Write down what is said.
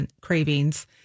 cravings